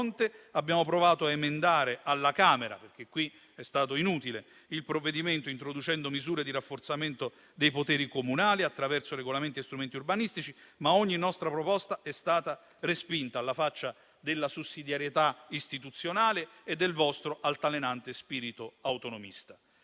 il provvedimento alla Camera (perché qui è stato inutile), introducendo misure di rafforzamento dei poteri comunali attraverso regolamenti e strumenti urbanistici, ma ogni nostra proposta è stata respinta, alla faccia della sussidiarietà istituzionale e del vostro altalenante spirito autonomista.